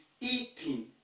eating